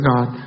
God